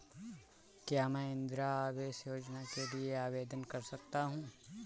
क्या मैं इंदिरा आवास योजना के लिए आवेदन कर सकता हूँ?